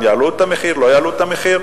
יעלו את המחיר או לא יעלו את המחיר,